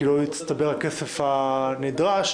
כי לא נצטבר הכסף הנדרש.